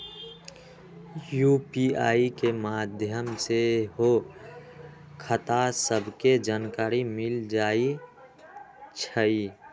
UPI के माध्यम से सेहो खता सभके जानकारी मिल जाइ छइ